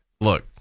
look